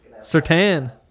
Sertan